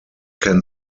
can